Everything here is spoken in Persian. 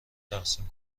تقسیم